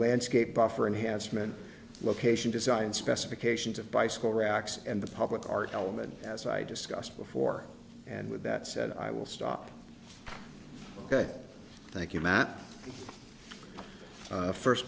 landscape buffer enhancement location design specifications of bicycle racks and the public art element as i discussed before and with that said i will stop ok thank you matt first